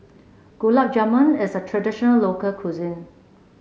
Gulab Jamun is a traditional local cuisine